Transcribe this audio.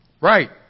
Right